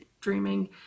dreaming